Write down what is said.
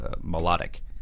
melodic